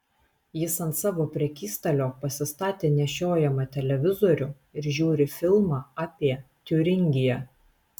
jis ant savo prekystalio pasistatė nešiojamą televizorių ir žiūri filmą apie tiuringiją